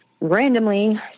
randomly